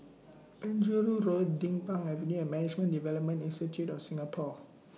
Penjuru Road Din Pang Avenue and Management Development Institute of Singapore